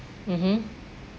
mmhmm